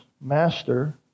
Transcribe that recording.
Master